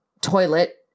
toilet